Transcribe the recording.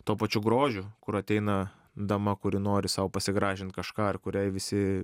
tuo pačiu grožiu kur ateina dama kuri nori sau pasigražint kažką ar kuriai visi